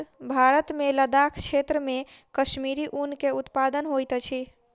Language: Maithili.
भारत मे लदाख क्षेत्र मे कश्मीरी ऊन के उत्पादन होइत अछि